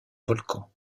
volcan